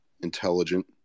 intelligent